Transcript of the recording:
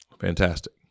Fantastic